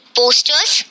posters